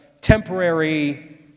temporary